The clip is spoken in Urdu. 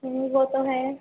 ہوں وہ تو ہے